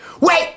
wait